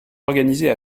organisées